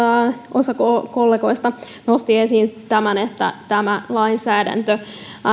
osa kollegoista nosti esiin että tämä lainsäädäntö